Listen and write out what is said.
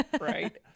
Right